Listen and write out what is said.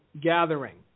gathering